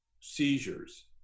seizures